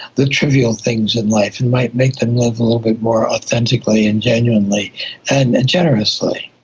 the trivial things in life, it might make them live a little bit more authentically and genuinely and generously.